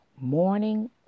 Morning